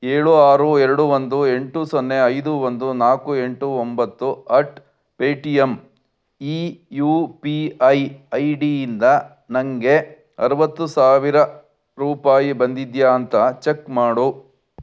ಏಳು ಆರು ಎರಡು ಒಂದು ಎಂಟು ಸೊನ್ನೆ ಐದು ಒಂದು ನಾಲ್ಕು ಎಂಟು ಒಂಬತ್ತು ಅಟ್ ಪೇಟಿಯಮ್ ಈ ಯು ಪಿ ಐ ಐ ಡಿಯಿಂದ ನನಗೆ ಅರುವತ್ತು ಸಾವಿರ ರೂಪಾಯಿ ಬಂದಿದೆಯಾ ಅಂತ ಚೆಕ್ ಮಾಡು